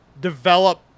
develop